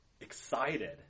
excited